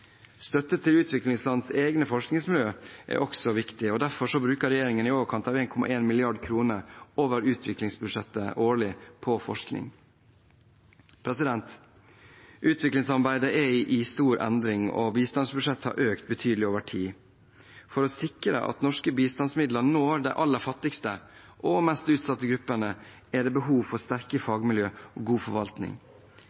Støtte til utviklingslandenes egne forskningsmiljøer er også viktig. Derfor bruker regjeringen i overkant av 1,1 mrd. kr over utviklingsbudsjettet årlig på forskning. Utviklingssamarbeidet er i stor endring, og bistandsbudsjettet har økt betydelig over tid. For å sikre at norske bistandsmidler når de aller fattigste og mest utsatte gruppene, er det behov for